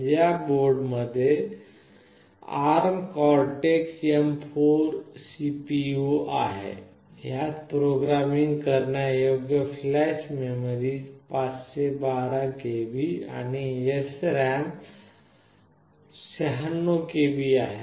या बोर्ड मध्ये ARM Cortex M4 CPU आहे यात प्रोग्रामिंग करण्यायोग्य फ्लॅश मेमरी 512KB आणि SRAM 96KB आहे